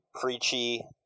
preachy